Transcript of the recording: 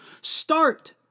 Start